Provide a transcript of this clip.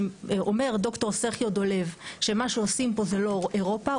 וכשאומר ד"ר סרחיו דולב שמה שעושים פה זה לא אירופה,